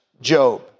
Job